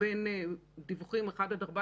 אדוני היושב-ראש,